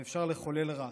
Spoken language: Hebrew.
ואפשר לחולל רע.